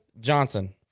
Johnson